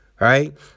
Right